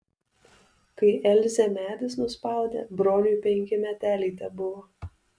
kai elzę medis nuspaudė broniui penki meteliai tebuvo